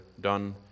done